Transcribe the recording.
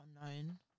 unknown